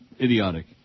idiotic